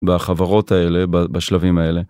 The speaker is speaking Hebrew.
בחברות האלה, בשלבים האלה.